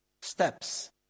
steps